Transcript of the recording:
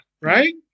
right